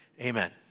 amen